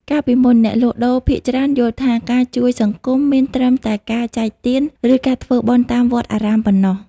កាលពីមុន អ្នកលក់ដូរភាគច្រើនយល់ថា ការជួយសង្គមមានត្រឹមតែការចែកទាន ឬការធ្វើបុណ្យតាមវត្តអារាមប៉ុណ្ណោះ។